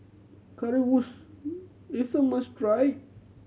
currywurst is a must try